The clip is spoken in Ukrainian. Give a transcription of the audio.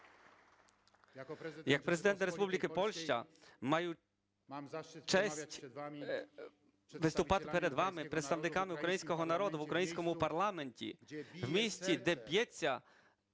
Як Президент Республіки Польща маю честь виступати перед вами, представниками українського народу, в українському парламенті в місті, де б'ється